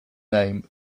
name